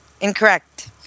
Incorrect